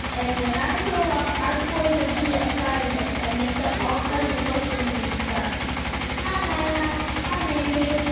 and when i grow up, i'm going to be a scientist, and mix up all kinds of potions and stuff hi, guy raz. hi, mindy.